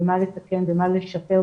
במה לתקן ובמה לשפר,